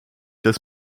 das